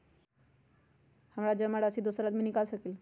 हमरा जमा राशि दोसर आदमी निकाल सकील?